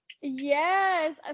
Yes